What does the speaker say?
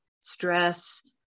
stress